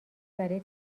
برای